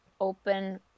open